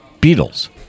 Beatles